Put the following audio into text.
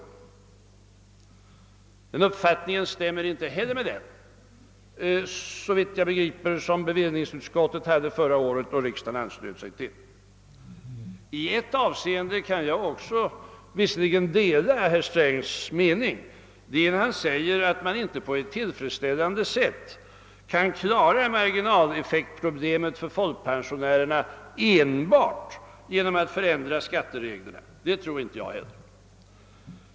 Inte heller den uppfattningen stämmer med den som bevillningsutskottet hade förra året och som riksdagen anslöt sig till. I ett avseende kan jag emellertid dela herr Strängs mening, och det är när han säger att man inte på ett tillfredsställande sätt kan klara marginaleffektproblemet för folkpensionärerna enbart genom att förändra skattereglerna.